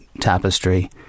tapestry